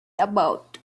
about